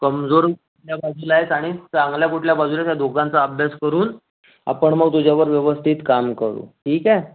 कमजोरी कुठल्या बाजूला आहेत आणि चांगल्या कुठल्या बाजूला आहेत या दोघांचा अभ्यास करून आपण मग तुझ्यावर व्यवस्थित काम करू ठीक आहे